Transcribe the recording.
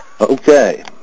Okay